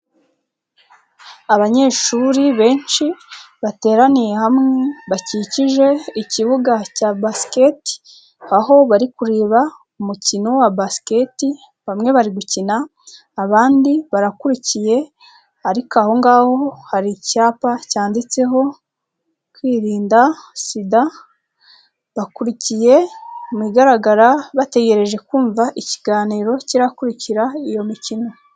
Abanyeshuri benshi, bateraniye hamwe, bakikije ikibuga cya basiketi, aho bari kureba umukino wa basiketi, bamwe bari gukina, abandi barakurikiye ariko aho ngaho hari icyapa cyanditseho, kwirinda Sida, bakurikiye mu bigaragara, bategereje kumva ikiganiro kirakurikira, iyo mikino.